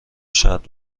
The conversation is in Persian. شرط